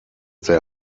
there